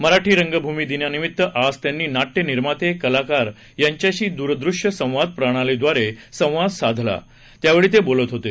मराठी रंगभूमीदिनानिमित्त आज त्यांनी नाट्य निर्माते कलाकार यांच्याशी द्रदृश्य संवाद प्रणालीद्वारे संवाद साधला त्यावेळी ते बोलत होते